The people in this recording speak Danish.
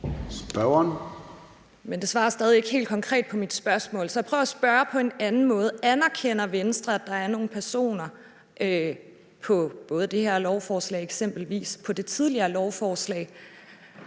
Skalvig (LA): Det er stadig ikke et helt konkret svar på mit spørgsmål, så jeg prøver at spørge på en anden måde: Anerkender Venstre, at der er nogle personer både på det her lovforslag og eksempelvis det tidligere lovforslag,